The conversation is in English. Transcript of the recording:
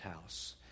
house